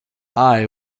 eye